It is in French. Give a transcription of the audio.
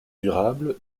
durable